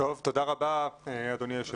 תודה רבה אדוני היושב ראש.